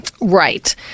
Right